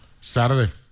Saturday